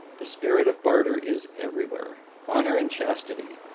the spirit of barter is everywhere. honour and chastity!